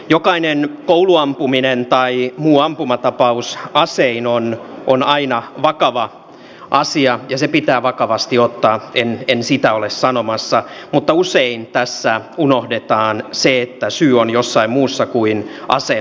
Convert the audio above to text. jokainen kouluampuminen tai muu ampumatapaus asein on aina vakava asia ja se pitää vakavasti ottaa en sitä ole sanomassa mutta usein tässä unohdetaan se että syy on jossain muussa kuin aselainsäädännössämme